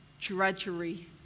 Drudgery